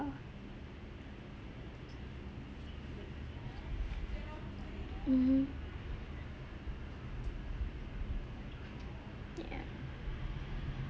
mmhmm yeah